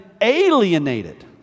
alienated